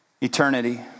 eternity